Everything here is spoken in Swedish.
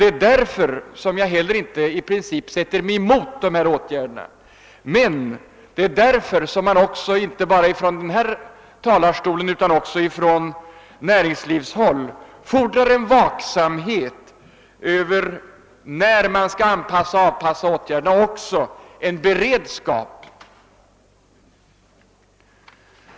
Det är därför som jag inte i princip sätter mig emot de föreslagna åtgärderna, men det är också därför som man inte bara från denna talarstol utan också från näringslivshåll fordrar en vaksamhet över anpassningen av åtgärderna och en beredskap.